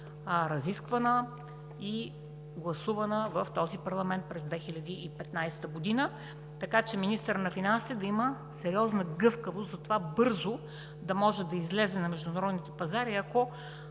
разисквана и гласувана в този парламент през 2015 г., така че министърът на финансите да има сериозна гъвкавост за това бързо да може да излезе на международните пазари, ако